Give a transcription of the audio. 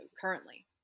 currently